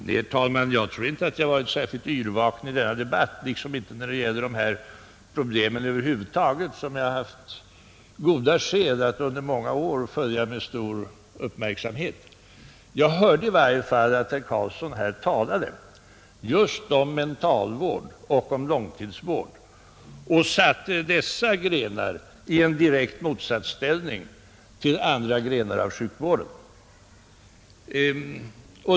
Herr talman! Jag tror inte att jag varit särskilt yrvaken i denna debatt, liksom inte när det gäller de här problemen över huvud taget, vilka jag under många år haft goda skäl att följa med stor uppmärksamhet. Jag hörde i varje fall att herr Karlsson i Huskvarna talade just om mentalvård och om långtidsvård, och han satte då dessa grenar i en direkt motsatsställning till andra grenar av sjukvården.